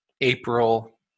April